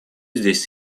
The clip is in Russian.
здесь